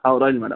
ହଉ ରହିଲି ମ୍ୟାଡ଼ମ୍